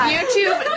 YouTube